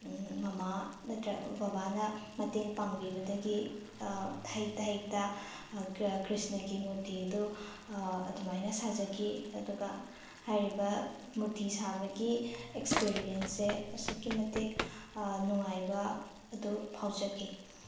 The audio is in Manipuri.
ꯃꯥꯃꯥ ꯅꯠꯇ꯭ꯔ ꯕꯕꯥꯅ ꯃꯇꯦꯡ ꯄꯥꯡꯕꯤꯕꯗꯒꯤ ꯍꯩꯇ ꯍꯩꯇ ꯀ꯭ꯔꯤꯁꯅꯒꯤ ꯃꯨꯔꯇꯤ ꯑꯗꯨ ꯑꯗꯨꯃꯥꯏꯅ ꯁꯥꯖꯈꯤ ꯑꯗꯨꯒ ꯍꯥꯏꯔꯤꯕ ꯃꯨꯔꯇꯤ ꯁꯥꯕꯒꯤ ꯑꯦꯛꯁꯄꯤꯔꯤꯌꯦꯁꯁꯦ ꯑꯁꯨꯛꯀꯤ ꯃꯇꯤꯛ ꯅꯨꯉꯥꯏꯕ ꯑꯗꯨ ꯐꯥꯎꯖꯈꯤ